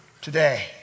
today